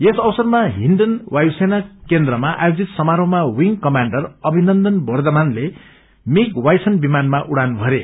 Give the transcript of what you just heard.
यस अवसरमा हिन्डन वायुसेना केनद्रमा आयोजित समारोहमा विंग कमाण्डर अमिनन्दन वध्रमानले मिग वाइसन विमानमा उड़ान भरे